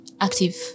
active